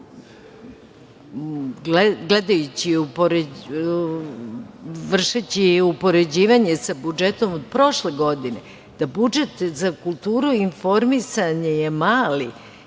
i vršeći upoređivanje sa budžetom od prošle godine da budžet za kulturu i informisanje je mali